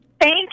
Thank